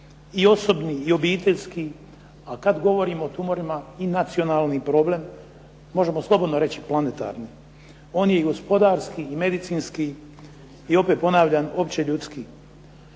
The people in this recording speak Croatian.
i osobni i obiteljski, a kad govorimo o tumorima i nacionalni problem, možemo slobodno reći planetarni. On je i gospodarski i medicinski i opet ponavljam opće ljudski.